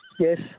Yes